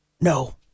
No